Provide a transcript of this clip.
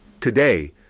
Today